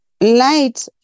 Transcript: Light